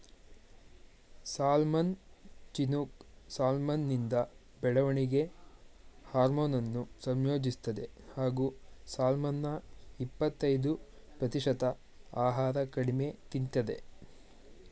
salmon Chinook ಸಾಲ್ಮನಿಂದ ಬೆಳವಣಿಗೆ ಹಾರ್ಮೋನನ್ನು ಸಂಯೋಜಿಸ್ತದೆ ಹಾಗೂ ಸಾಲ್ಮನ್ನ ಇಪ್ಪತಯ್ದು ಪ್ರತಿಶತ ಆಹಾರ ಕಡಿಮೆ ತಿಂತದೆ